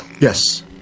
Yes